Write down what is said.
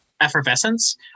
effervescence